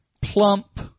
plump